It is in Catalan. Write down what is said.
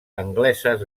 angleses